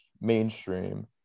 mainstream